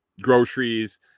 groceries